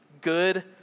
good